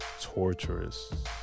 torturous